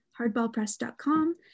hardballpress.com